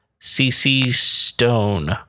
C-C-Stone